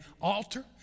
altar